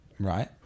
Right